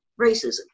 racism